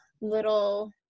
little